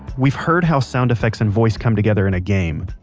we've heard how sound effects and voice come together in a game,